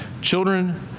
Children